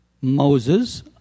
Moses